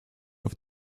auf